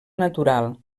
natural